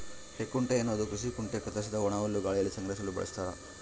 ಹೇಕುಂಟೆ ಎನ್ನುವುದು ಕೃಷಿ ಕುಂಟೆ ಕತ್ತರಿಸಿದ ಒಣಹುಲ್ಲನ್ನು ಗಾಳಿಯಲ್ಲಿ ಸಂಗ್ರಹಿಸಲು ಬಳಸ್ತಾರ